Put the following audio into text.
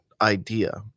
idea